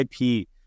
IP